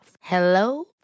Hello